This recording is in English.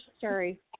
sorry